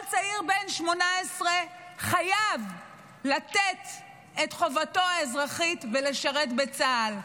כל צעיר בן 18 חייב לתת את חובתו האזרחית ולשרת בצה"ל,